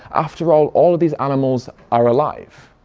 after all, all of these animals are alive.